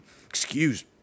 Excuse